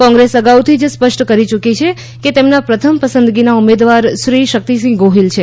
કોંગ્રેસ અગાઉથી જ સ્પષ્ટ કરી યુકી છે કે તેમના પ્રથમ પસંદગીના ઉમેદવાર શ્રી શક્તિસિંહ ગોહિલ છે